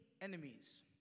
enemies